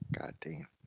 Goddamn